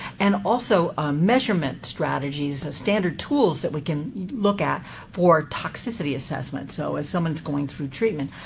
and also measurement strategies, standard tools that we can look at for toxicity assessment. so if someone's going through treatment,